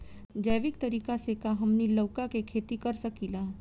जैविक तरीका से का हमनी लउका के खेती कर सकीला?